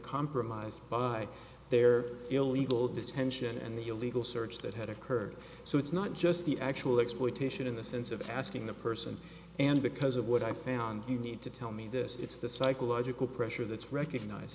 compromised by their illegal detention and the illegal search that had occurred so it's not just the actual exploitation in the sense of asking the person and because of what i found you need to tell me this it's the psychological pressure that's recognize